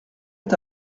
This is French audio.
est